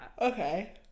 Okay